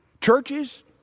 Churches